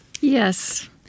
Yes